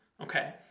okay